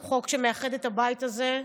הוא חוק שמאחד את הבית הזה,